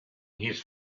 his